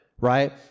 right